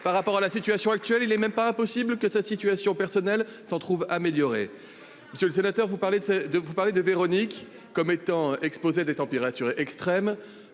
par rapport à la situation actuelle il n'est pas impossible que sa situation personnelle s'en trouve améliorée ! Eh oui ! Alors, tout va bien ! Monsieur le sénateur, vous parlez de Véronique comme étant exposée à des températures extrêmes.